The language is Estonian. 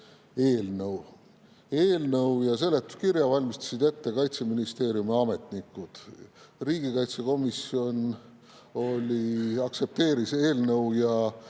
Eelnõu ja seletuskirja valmistasid ette Kaitseministeeriumi ametnikud. Riigikaitsekomisjon aktsepteeris eelnõu ja